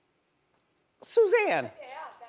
suzanne. yeah,